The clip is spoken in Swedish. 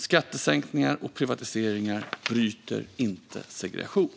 Skattesänkningar och privatiseringar bryter inte segregation.